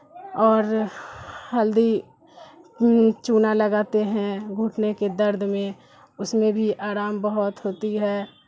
اور ہلدی چونا لگاتے ہیں گھٹنے کے درد میں اس میں بھی آرام بہت ہوتی ہے